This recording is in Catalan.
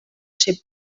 ser